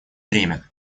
время